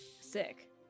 Sick